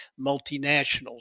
multinationals